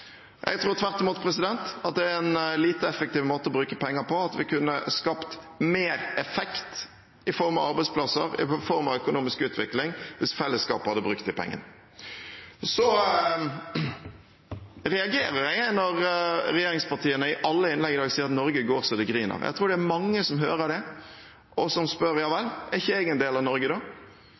Jeg tror tvert imot at det er en lite effektiv måte å bruke penger på, og at vi kunne skapt mer effekt i form av arbeidsplasser og økonomisk utvikling hvis fellesskapet hadde brukt de pengene. Så reagerer jeg når regjeringspartiene i alle innlegg i dag sier at Norge går så det griner. Jeg tror det er mange som hører det, som spør: Ja vel, er ikke jeg en del av Norge?